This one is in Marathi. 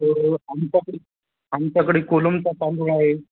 तर आमच्याकडे आमच्याकडे कोलमचा तांदूळ आहे